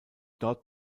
dort